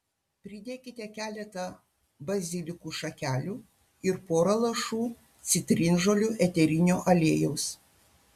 pridėkite keletą bazilikų šakelių ir pora lašų citrinžolių eterinio aliejaus